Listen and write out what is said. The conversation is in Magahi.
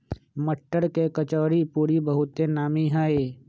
मट्टर के कचौरीपूरी बहुते नामि हइ